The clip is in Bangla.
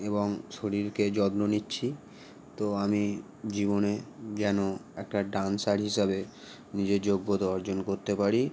এবং শরীরকে যত্ন নিচ্ছি তো আমি জীবনে যেন একটা ডান্সার হিসাবে নিজের যোগ্যতা অর্জন করতে পারি